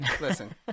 Listen